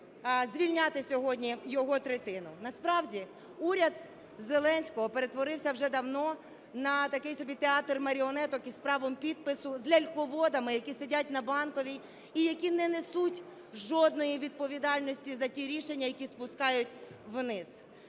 звільняти сьогодні його третину. Насправді уряд Зеленського перетворився вже давно на такий собі театр маріонеток із правом підпису, з ляльководами, які сидять на Банковій і які не несуть жодної відповідальності за ті рішення, які спускають вниз.